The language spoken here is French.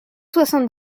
soixante